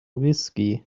whiskey